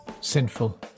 sinful